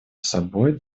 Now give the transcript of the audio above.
собою